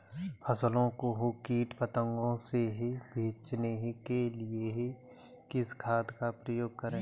फसलों को कीट पतंगों से बचाने के लिए किस खाद का प्रयोग करें?